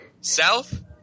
South